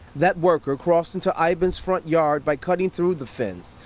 that worker crossed into ivan's front yard by cutting through the fence.